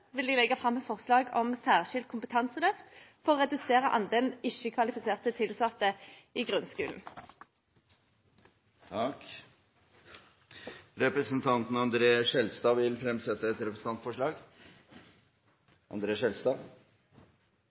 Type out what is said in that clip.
vil jeg sette fram et forslag om et særskilt kompetanseløft for å redusere andelen ikke-kvalifiserte tilsatte i grunnskolen. Representanten André N. Skjelstad vil fremsette et representantforslag.